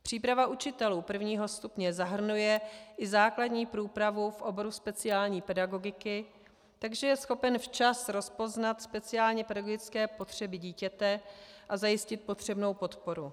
Příprava učitelů prvního stupně zahrnuje i základní průpravu v oboru speciální pedagogiky, takže je schopen včas rozpoznat speciálně pedagogické potřeby dítěte a zajistit potřebnou podporu.